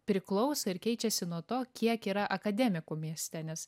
priklauso ir keičiasi nuo to kiek yra akademikų mieste nes